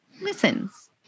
listens